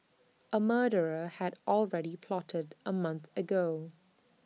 A murder had already plotted A month ago